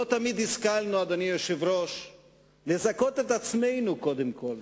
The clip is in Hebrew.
לא תמיד השכלנו לזכות את עצמנו קודם כול,